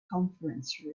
conference